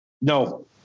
No